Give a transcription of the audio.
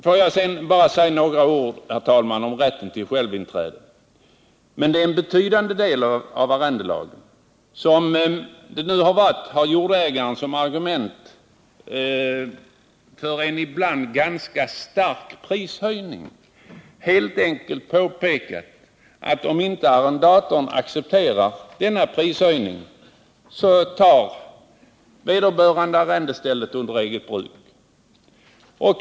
Låt mig sedan säga några ord om rätten till självinträde, som är en betydande del av arrendelagen. Som det nu har varit, har jordägaren som argument för en ibland ganska stark prishöjning helt enkelt påpekat att om inte arrendatorn accepterar denna höjning så tar ägaren arrendestället under eget bruk.